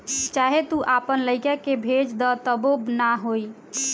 चाहे तू आपन लइका कअ भेज दअ तबो ना होई